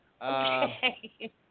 Okay